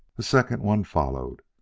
a second one followed.